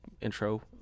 intro